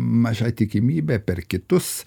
maža tikimybė per kitus